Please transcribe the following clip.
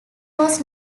was